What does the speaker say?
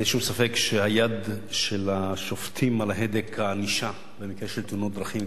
אין שום ספק שהיד של השופטים על הדק הענישה במקרה של תאונות דרכים,